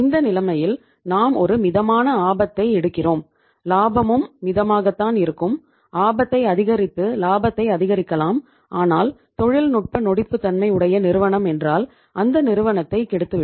இந்த நிலைமையில் நாம் ஒரு மிதமான ஆபத்தை எடுக்கிறோம் லாபமும் மிதமாகத்தான் இருக்கும் ஆபத்தை அதிகரித்து லாபத்தை அதிகரிக்கலாம் ஆனால் தொழில்நுட்ப நொடிப்பு தன்மை உடைய நிறுவனம் என்றால் அந்த நிறுவனத்தை கெடுத்துவிடும்